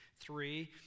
Three